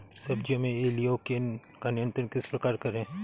सब्जियों में इल्लियो का नियंत्रण किस प्रकार करें?